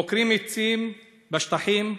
עוקרים עצים בשטחים,